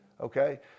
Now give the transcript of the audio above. Okay